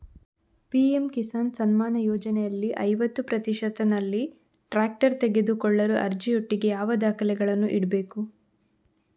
PM Kisan Samman ಯೋಜನೆಯಲ್ಲಿ ಐವತ್ತು ಪ್ರತಿಶತನಲ್ಲಿ ಟ್ರ್ಯಾಕ್ಟರ್ ತೆಕೊಳ್ಳಲು ಅರ್ಜಿಯೊಟ್ಟಿಗೆ ಯಾವ ದಾಖಲೆಗಳನ್ನು ಇಡ್ಬೇಕು?